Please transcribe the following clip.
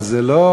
אבל זה לא